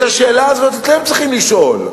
את השאלה הזאת אתם צריכים לשאול.